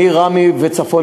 מראמה וצפונה,